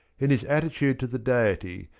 in his attitude to the deity,